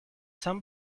some